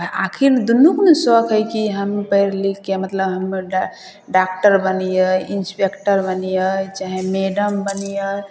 आखिर दुन्नूके ने सौख हइ कि हम पढ़िलिखिके मतलब हमर ड डॉक्टर बनिए इन्स्पेक्टर बनिए चाहे मैडम बनिए